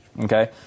okay